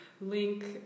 link